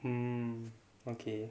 mm okay